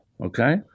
Okay